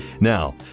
Now